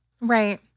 Right